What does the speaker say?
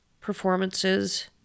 performances